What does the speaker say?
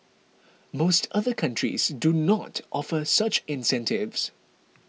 most other countries do not offer such incentives